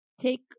Take